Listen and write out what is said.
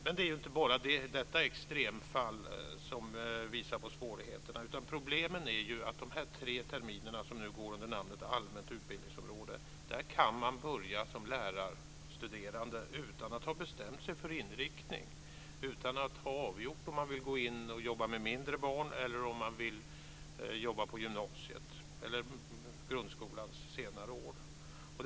Men det är inte bara detta extremfall som visar på svårigheterna. Problemen är att man som lärarstuderande kan påbörja dessa tre terminer, som nu går under namnet Allmänt utbildningsområde, utan att ha bestämt sig för inriktning och utan att ha avgjort om man vill jobba med mindre barn eller på gymnasiet eller grundskolans senare del.